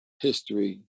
history